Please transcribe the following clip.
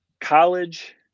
College